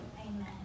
Amen